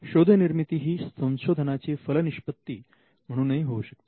शोध निर्मिती ही संशोधनाची फलनिष्पत्ती म्हणूनही होऊ शकते